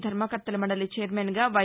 ధర్శకర్తల మండలి ఛైర్మన్గా వై